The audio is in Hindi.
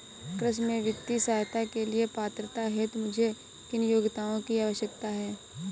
कृषि में वित्तीय सहायता के लिए पात्रता हेतु मुझे किन योग्यताओं की आवश्यकता है?